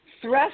thrust